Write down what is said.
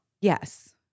Yes